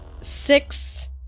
six